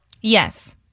Yes